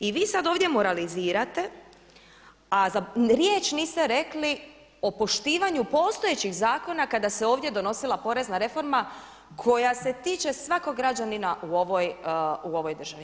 I vi sad ovdje moralizirate, a riječ niste rekli o poštivanju postojećih zakona kada se ovdje donosila porezna reforma koja se tiče svakog građanina u ovoj državi.